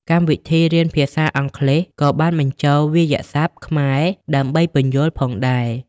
កម្មវិធីរៀនភាសាអង់គ្លេសក៏បានបញ្ចូលវាក្យស័ព្ទខ្មែរដើម្បីពន្យល់ផងដែរ។